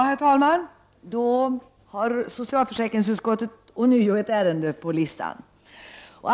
Herr talman! Nu skall vi debattera ytterligare ett ärende från socialförsäkringsutskottet.